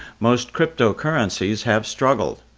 most crypto currencies have struggled.